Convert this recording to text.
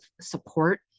support